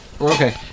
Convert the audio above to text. Okay